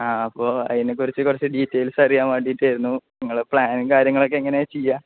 ആ അപ്പോള് അതിനെക്കുറിച്ച് കുറച്ച് ഡീറ്റെയിൽസ് അറിയാൻ വേണ്ടിയിട്ടായിരുന്നു നിങ്ങളുടെ പ്ലാനും കാര്യങ്ങളുമൊക്കെ എങ്ങനെയാണ് ചെയ്യുക